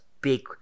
big